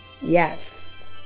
yes